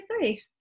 three